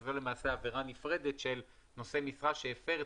שזאת למעשה עבירה נפרדת של נושא משרה שהפר את